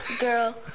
girl